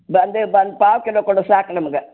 ಬಂದೆ ಬಂದು ಪಾವು ಕಿಲೋ ಕೊಡು ಸಾಕು ನಮ್ಗೆ